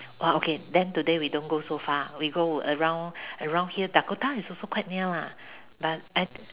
orh okay then today we don't go so far we go around around here Dakota is also quite near lah but I